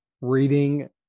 reading